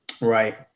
Right